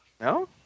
No